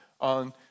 on